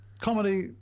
Comedy